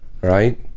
right